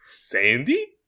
Sandy